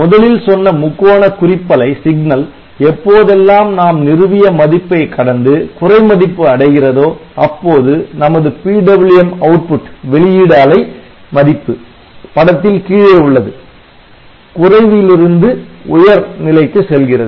முதலில் சொன்ன முக்கோண குறிப்பலை எப்போதெல்லாம் நாம் நிறுவிய மதிப்பை கடந்து குறை மதிப்பு அடைகிறதோ அப்போது நமது PWM வெளியீடு அலை மதிப்பு படத்தில் கீழே உள்ளது குறை விலிருந்து உயர் நிலைக்கு செல்கிறது